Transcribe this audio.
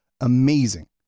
amazing